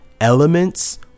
elements